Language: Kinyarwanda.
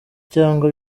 cyangwa